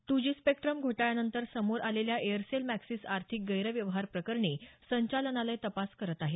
to G spectrum घोटाळ्यात समोर आलेल्या एयरसेल मॅक्सिस आर्थिक गैरव्यवहार प्रकरणी संचालनालय तपास करत आहे